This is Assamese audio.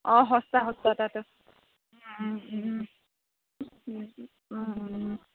অঁ সস্তা সস্তা তাতো